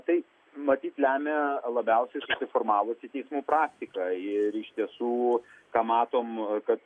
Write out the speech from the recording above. tai matyt lemia labiausiai susiformavusi teismų praktika ir iš tiesų ką matom kad